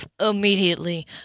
immediately